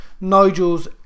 Nigel's